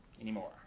anymore